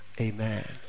Amen